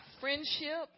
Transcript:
friendship